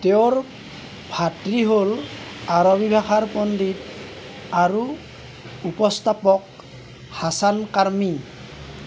তেওঁৰ ভাতৃ হ'ল আৰবী ভাষাৰ পণ্ডিত আৰু উপস্থাপক হাছান কাৰ্মী